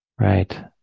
Right